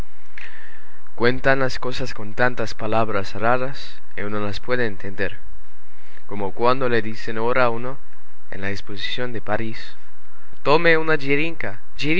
cuentan las cosas con tantas palabras raras y uno no las puede entender como cuando le dicen ahora a uno en la exposición de parís tome una